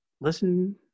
listen